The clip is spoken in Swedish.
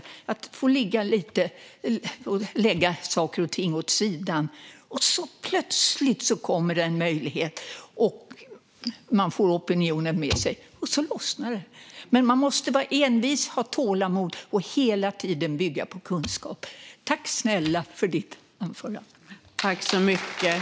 Man får lägga saker och ting åt sidan, och så plötsligt kommer en möjlighet och man får opinionen med sig - och så lossnar det! Men man måste vara envis, ha tålamod och hela tiden bygga på kunskap. Tack snälla för ditt anförande, Johan Hultberg!